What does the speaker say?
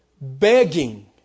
begging